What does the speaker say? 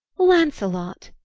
lancelot!